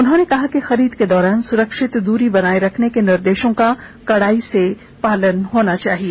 उन्होंने कहा कि खरीद के दौरान सुरक्षित दूरी बनाए रखने के निर्देशों का कड़ाई से पालन होना चाहिए